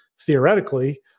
theoretically